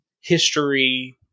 history